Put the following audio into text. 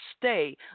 stay